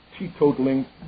teetotaling